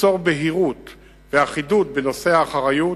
ליצור בהירות ואחידות בנושא האחריות,